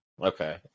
Okay